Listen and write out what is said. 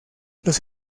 los